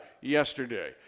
yesterday